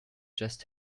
just